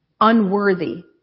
unworthy